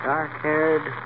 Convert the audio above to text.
Dark-haired